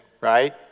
right